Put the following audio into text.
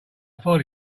follow